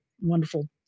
wonderful